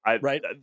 right